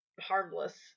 harmless